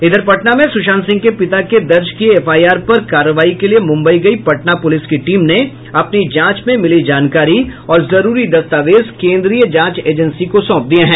इधर पटना में सुशांत सिंह के पिता के दर्ज किये एफआईआर पर कार्रवाई के लिये मुम्बई गई पटना पुलिस की टीम ने अपनी जांच में मिली जानकारी और जरूरी दस्तावेज केंद्रीय जांच एजेंसी को सौंप दिये हैं